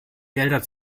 gelder